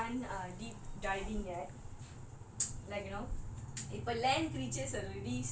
my biggest fear will be because I have not done err deep diving yet